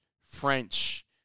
French